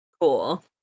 Cool